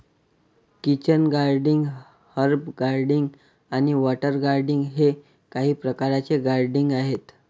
kitchen gardening, herb gardening आणि water gardening हे काही प्रकारचे गार्डनिंग आहेत